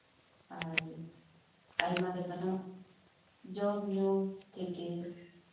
ᱟᱨ ᱟᱭᱢᱟ ᱞᱮᱠᱟᱱᱟᱜ ᱡᱚᱢ ᱧᱩᱛᱷᱮᱠᱮ